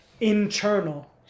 internal